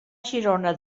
girona